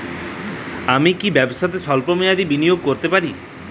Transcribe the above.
আমি কি ব্যবসাতে স্বল্প মেয়াদি বিনিয়োগ করতে পারি?